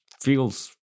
feels